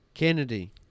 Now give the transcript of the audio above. Kennedy